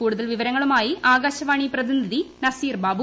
കൂടതൽ വിവരങ്ങളുമായി ആകാശവാണി പ്രതിനിധി നസീർ ബാബു